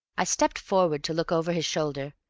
i stepped forward to look over his shoulder,